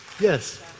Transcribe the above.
Yes